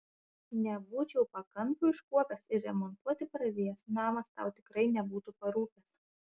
nebūčiau pakampių iškuopęs ir remontuoti pradėjęs namas tau tikrai nebūtų parūpęs